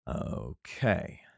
Okay